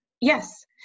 Yes